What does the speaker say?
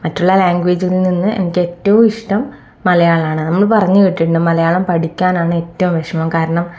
മറ്റുള്ള ലാങ്ക്വേജിൽ നിന്ന് എനിക്ക് ഏറ്റവും ഇഷ്ട്ം മലയാളമാണ് നമ്മൾ പറഞ്ഞു കേട്ടിട്ടുണ്ട് മലയാളം പഠിക്കാനാണ് ഏറ്റവും വിഷമം കാരണം